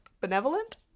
benevolent